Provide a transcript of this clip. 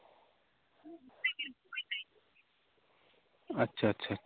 ᱟᱪᱪᱷᱟ ᱟᱪᱪᱷᱟ ᱟᱪᱪᱷᱟ